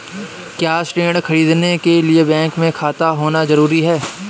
क्या ऋण ख़रीदने के लिए बैंक में खाता होना जरूरी है?